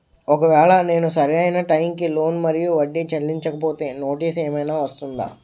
ఒకవేళ నేను సరి అయినా టైం కి లోన్ మరియు వడ్డీ చెల్లించకపోతే నోటీసు ఏమైనా వస్తుందా?